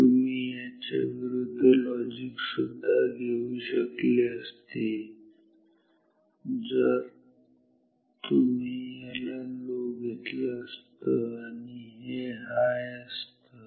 तुम्ही याच्या विरुद्ध लॉजिक सुद्धा घेऊ शकले असते जर तुम्ही याला लो घेतलं असतं तर हे हाय असतं